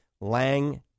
Lang